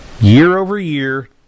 Year-over-year